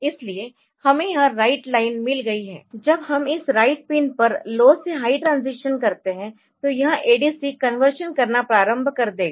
इसलिए हमें यह राइट लाइन मिल गई है जब हम इस राइट पिन पर लो से हाई ट्रांजीशन करते है तो यह ADC कन्वर्शन करना प्रारंभ कर देगा